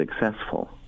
successful